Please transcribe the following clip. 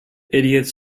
idiots